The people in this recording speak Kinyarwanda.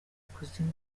ikuzimu